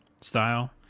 style